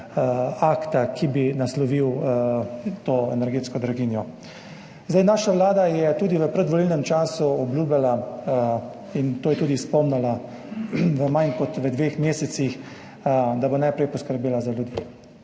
akta, ki bi naslovil to energetsko draginjo. Vlada je tudi v predvolilnem času obljubljala, in to je tudi izpolnila, v manj kot v dveh mesecih, da bo najprej poskrbela za ljudi.